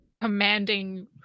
commanding